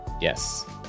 Yes